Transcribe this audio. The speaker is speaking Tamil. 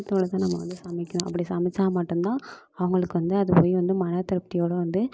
பாசத்தோடு தான் நம்ம வந்து சமைக்கணும் அப்படி சமைச்சால் மட்டும்தான் அவங்களுக்கு வந்து அது போய் வந்து மனம் திருப்தியோடு வந்து